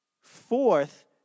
fourth